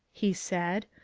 he said,